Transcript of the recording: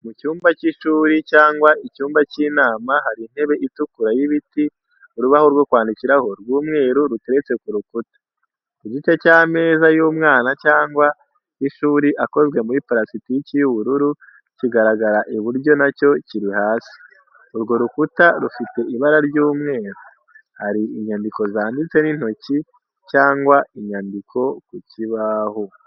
Mu cyumba cy'ishuri cyangwa icyumba cy'inama, hari intebe itukura y'ibiti, urubaho rwo kwandikiraho rw'umweru ruteretse ku rukuta. Igice cy'ameza y'umwana cyangwa y'ishuri akozwe muri parasitiki y'ubururu, kigaragara iburyo na cyo kiri hasi. Urwo rukuta rufite ibara ry'umweru. Hari inyandiko zanditse n'intoki cyangwa inyandiko ku kibaho.